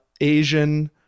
Asian